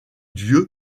dieu